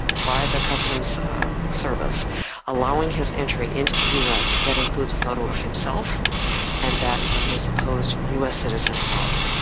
by the customs service allowing his entry into the us that includes a photo of himself and that of his supposed us citizen father.